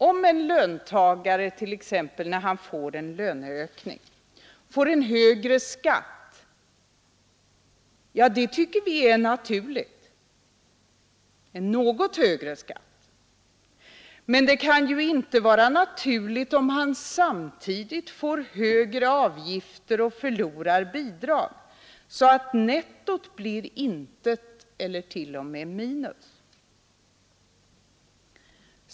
Om en löntagare t.ex. när han får en löneökning får en något högre plats, så tycker vi att det är naturligt. Men det kan ju inte vara naturligt, om han samtidigt får högre avgifter och förlorar bidrag, så att nettot blir intet eller till och med minus.